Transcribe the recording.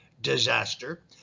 disaster